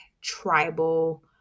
tribal